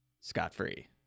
scot-free